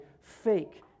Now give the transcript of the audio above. fake